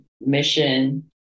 mission